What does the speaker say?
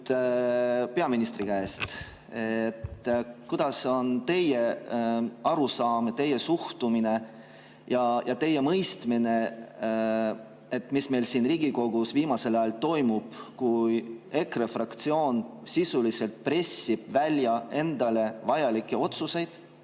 peaministri käest: kuidas on teie arusaam, teie suhtumine ja teie mõistmine, mis meil siin Riigikogus viimasel ajal toimub, kui EKRE fraktsioon sisuliselt pressib välja endale vajalikke otsuseid,